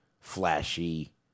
flashy